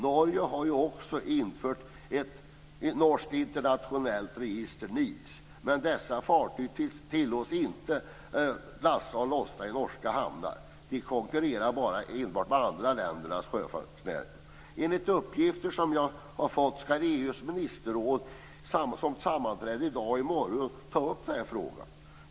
Norge har ju också infört ett norskt internationellt register, NIS. Men de fartyg som finns med där tillåts inte att lasta och lossa i norska hamnar. De konkurrerar enbart med andra länders sjöfartsnäring. Enligt uppgifter som jag har fått skall EU:s ministerråd, som sammanträder i dag och i morgon, ta upp den här frågan.